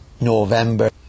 November